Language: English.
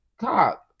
cock